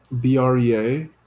B-R-E-A